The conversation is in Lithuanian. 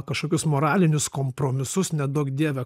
kažkokius moralinius kompromisus neduok dieve